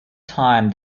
time